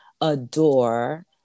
adore